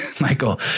Michael